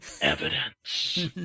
Evidence